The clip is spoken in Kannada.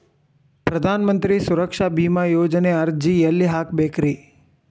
ಪ್ರಧಾನ ಮಂತ್ರಿ ಸುರಕ್ಷಾ ಭೇಮಾ ಯೋಜನೆ ಅರ್ಜಿ ಎಲ್ಲಿ ಹಾಕಬೇಕ್ರಿ?